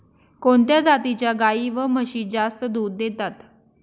कोणत्या जातीच्या गाई व म्हशी जास्त दूध देतात?